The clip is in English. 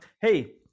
hey